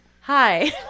hi